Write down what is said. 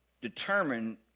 determined